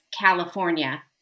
California